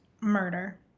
Murder